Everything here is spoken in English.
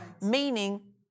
meaning